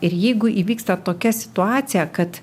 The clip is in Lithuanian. ir jeigu įvyksta tokia situacija kad